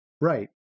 Right